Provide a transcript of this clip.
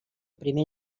primer